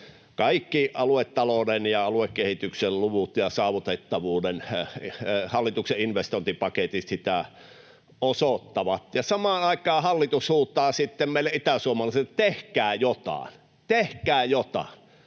Kaikki aluetalouden ja aluekehityksen luvut ja hallituksen saavutettavuuden investointipaketit sitä osoittavat, ja samaan aikaan hallitus huutaa meille itäsuomalaisille, että tehkää jotain,